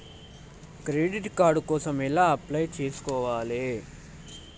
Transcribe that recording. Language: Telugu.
క్రెడిట్ కార్డ్ కోసం ఎలా అప్లై చేసుకోవాలి?